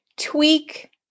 tweak